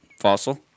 Fossil